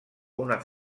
una